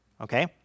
Okay